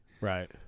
Right